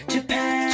Japan